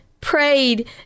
prayed